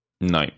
No